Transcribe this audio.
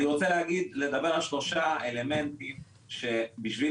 אני רוצה לדבר על שלושה אלמנטים שבשביל